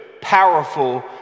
powerful